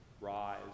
rise